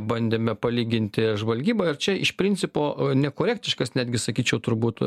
bandėme palyginti žvalgybą ir čia iš principo nekorektiškas netgi sakyčiau turbūt